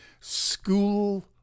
school